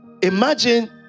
imagine